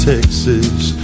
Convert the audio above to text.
Texas